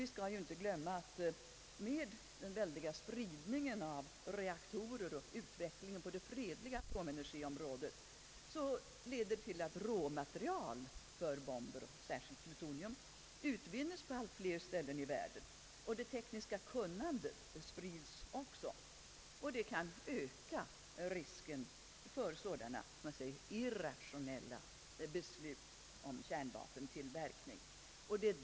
Vi skall inte glömma att den väldiga spridningen av reaktorer och utvecklingen på det fredliga atomenergiområdet leder till att råmaterial för bomber, särskilt plutonium, utvinnes på allt fler ställen i världen. Det tekniska kunnandet sprids också. Detta kan öka risken för sådana våghalsiga beslut om kärnvapentillverkning.